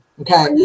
Okay